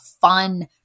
fun